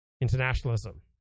internationalism